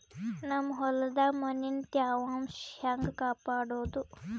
ನಮ್ ಹೊಲದಾಗ ಮಣ್ಣಿನ ತ್ಯಾವಾಂಶ ಹೆಂಗ ಕಾಪಾಡೋದು?